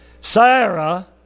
Sarah